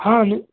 ହଁ ନି